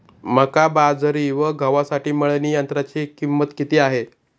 मका, बाजरी व गव्हासाठी मळणी यंत्राची किंमत किती आहे?